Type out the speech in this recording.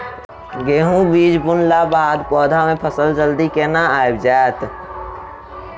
गेंहूँ बीज बुनला बाद पौधा मे फसल जल्दी केना आबि जाइत?